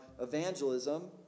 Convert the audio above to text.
evangelism